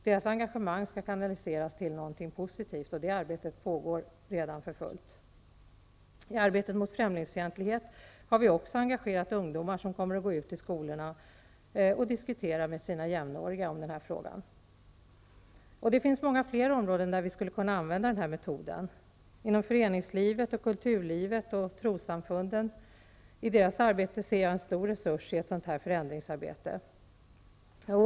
Deras engagemang skall kanaliseras till något positivt, och detta arbete pågår redan för fullt. I arbetet mot främlingsfientlighet har vi också engagerat ungdomar som kommer att gå ut i skolorna och diskutera med sina jämnåriga. Det finns många fler områden där vi skulle kunna använda den här metoden. Föreningslivets, kulturlivets och trossamfundens arbete ser jag som en stor resurs i ett sådant förändringsarbete.